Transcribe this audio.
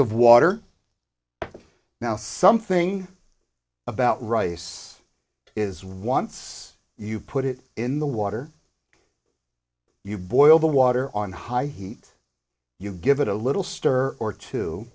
of water now something about rice is runts you put it in the water you boil the water on high heat you give it a little stir or two